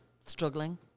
struggling